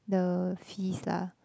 the fees lah